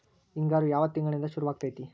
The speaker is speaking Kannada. ಹಿಂಗಾರು ಯಾವ ತಿಂಗಳಿನಿಂದ ಶುರುವಾಗತೈತಿ?